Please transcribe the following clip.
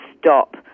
stop